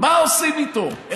מה עושים איתו?